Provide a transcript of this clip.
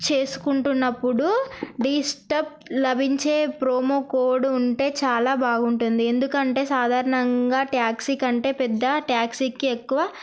చేసుకుంటున్నప్పుడు డీస్కౌంట్ లభించే promo code ఉంటే చాలా బాగుంటుంది ఎందుకంటే సాధారణంగా ట్యాక్సీ కంటే పెద్ద ట్యాక్సీకి ఎక్కువ